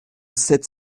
sept